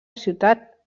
ciutat